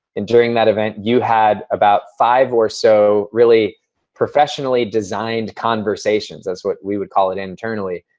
and during that event you had about five or so really professionally designed conversations, as what we would call it internally.